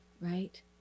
Right